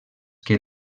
que